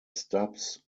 stubbs